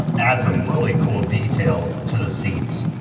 adds a really cool detail to the seats.